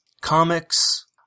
comics